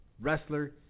wrestler